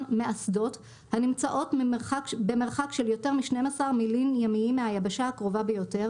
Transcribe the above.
מאסדות הנמצאות במרחק של יותר מ-12 מילין ימיים מהיבשה הקרובה ביותר,